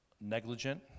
negligent